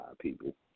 people